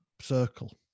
circle